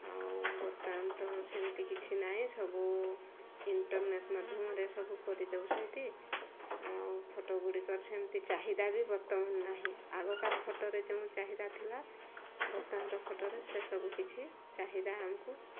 ଆଉ ବର୍ତ୍ତମାନ ତ ସେମିତି କିଛି ନାହିଁ ସବୁ ଇଣ୍ଟର୍ନେଟ୍ ମାଧ୍ୟମରେ ସବୁ କରିଦେଉଛନ୍ତି ଆଉ ଫଟୋଗୁଡ଼ିକର ସେମିତି ଚାହିଦା ବି ବର୍ତ୍ତମାନ ନାହିଁ ଆଗ କାଳ ଫଟୋରେ ଯେଉଁ ଚାହିଦା ଥିଲା ବର୍ତ୍ତମାନର ଫଟୋରେ ସେସବୁ କିଛି ଚାହିଦା ଆମକୁ